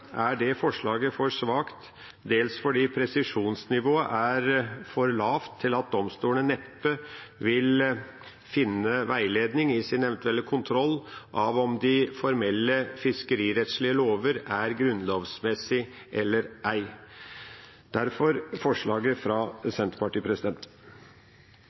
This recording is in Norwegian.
er det for svakt, dels fordi presisjonsnivået er for lavt, slik at domstolene neppe vil finne veiledning i sin eventuelle kontroll av om de formelle fiskerirettslige lover er grunnlovsmessig eller ei. Derfor forslaget fra